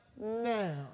now